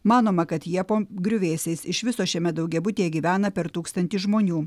manoma kad jie po griuvėsiais iš viso šiame daugiabutyje gyvena per tūkstantį žmonių